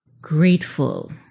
grateful